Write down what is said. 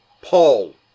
Paul